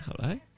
Hello